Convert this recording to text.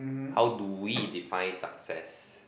how do we define success